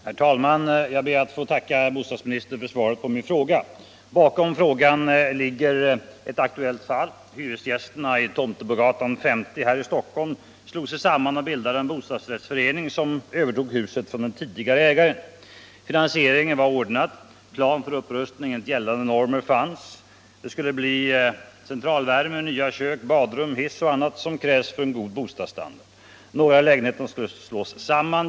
Herr talman! Jag ber att få tacka bostadsministern för svaret på min fråga. Bakom frågan ligger ett aktuellt fall. Hyresgästerna Tomtebogatan 50 här i Stockholm slog sig samman och bildade en bostadsrättsförening som övertog huset från den tidigare ägaren. Finansieringen var ordnad. Plan för upprustning enligt gällande normer fanns. Det skulle bli centralvärme, nya kök, badrum, hiss och annat som krävs för god bostadsstandard. Några av lägenheterna skulle slås samman.